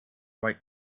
write